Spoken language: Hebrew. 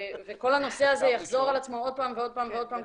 וכל הנושא הזה יחזור על עצמו ועוד פעם ועוד פעם,